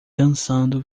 dançando